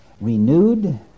renewed